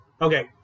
okay